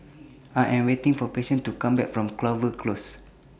I Am waiting For Patience to Come Back from Clover Close